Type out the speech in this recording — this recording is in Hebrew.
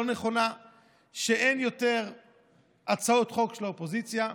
נכונה שאין יותר הצעת חוק של האופוזיציה,